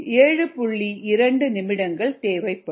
2 நிமிடங்கள் தேவைப்படும்